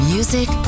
Music